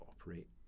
operate